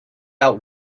out